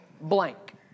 blank